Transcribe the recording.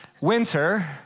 winter